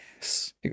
Yes